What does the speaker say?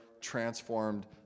transformed